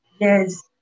Yes